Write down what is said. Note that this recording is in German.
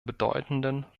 bedeutenden